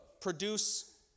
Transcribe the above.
produce